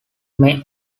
may